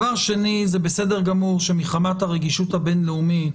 דבר שני, זה בסדר גמור שמחמת הרגישות הבין-לאומית